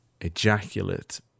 ejaculate